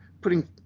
putting